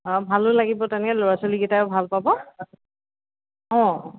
অঁ ভালো লাগিব তেনেকৈ ল'ৰা ছোৱালীকেইটাইও ভাল পাব অঁ